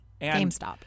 GameStop